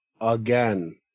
again